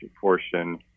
portion